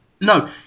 No